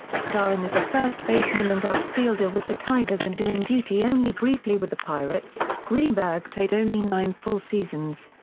starring as a first baseman and outfielder with the tigers and doing duty only briefly with the pirates, greenberg played only nine full seasons.